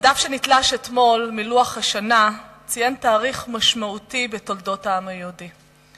הדף שנתלש אתמול מלוח השנה ציין תאריך משמעותי בתולדות העם היהודי,